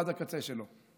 עד לקצה שלו.